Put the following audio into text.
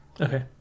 Okay